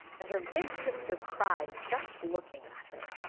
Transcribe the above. and her big sister cried just looking at her.